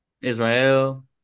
Israel